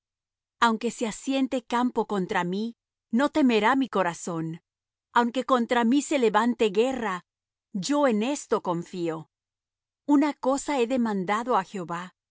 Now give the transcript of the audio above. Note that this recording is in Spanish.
aunque se asiente campo contra mí no temerá mi corazón aunque contra mí se levante guerra yo en esto confío una cosa he demandado á jehová